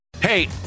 Hey